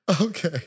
Okay